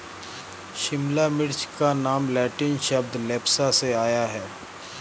शिमला मिर्च का नाम लैटिन शब्द लेप्सा से आया है